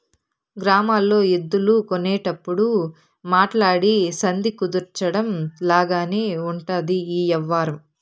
గ్రామాల్లో ఎద్దులు కొనేటప్పుడు మాట్లాడి సంధి కుదర్చడం లాగానే ఉంటది ఈ యవ్వారం